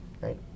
right